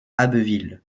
abbeville